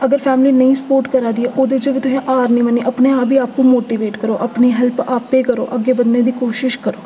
अगर फैमिली नेईं सपोर्ट करै दी ओह्दे च बी तुसें हार निं मन्ननी अपने आप गी आपूं मोटिवेट करो अपनी हैल्प आपें करो अग्गें बधने दी कोशिश करो